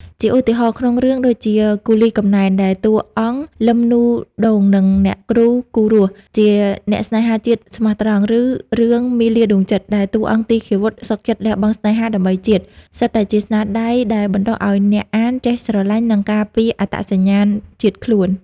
ជាឧទាហរណ៍ ក្នុងរឿងដូចជា «គូលីកំណែន» ដែលតួអង្គ លឹម នូ ដូង និងអ្នកគ្រូ គូរស់ ជាអ្នកស្នេហាជាតិស្មោះត្រង់ ឬរឿង «មាលាដួងចិត្ត» ដែលតួអង្គទីឃាវុធសុខចិត្តលះបង់ស្នេហាដើម្បីជាតិ សុទ្ធតែជាស្នាដៃដែលបណ្តុះឱ្យអ្នកអានចេះស្រឡាញ់ និងការពារអត្តសញ្ញាណជាតិខ្លួន។